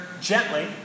gently